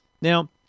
Now